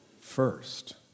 first